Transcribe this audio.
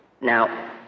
Now